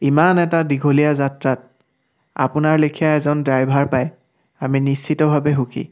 ইমান এটা দীঘলীয়া যাত্ৰাত আপোনাৰ লেখীয়া এজন ড্ৰাইভাৰ পাই আমি নিশ্চিতভাৱে সুখী